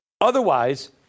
Otherwise